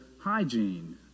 hygiene